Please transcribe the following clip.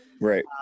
Right